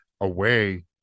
away